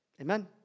Amen